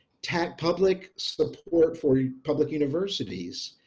tag public support for yeah public universities,